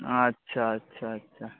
ᱟᱪᱷᱟ ᱟᱪᱷᱟ ᱟᱪᱷᱟ